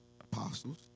apostles